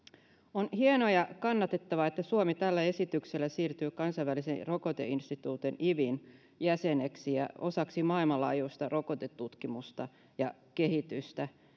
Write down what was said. on hienoa ja kannatettavaa että suomi tällä esityksellä siirtyy kansainvälisen rokoteinstituutin ivin jäseneksi ja osaksi maailmanlaajuista rokotetutkimusta ja kehitystä